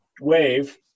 wave